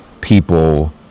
people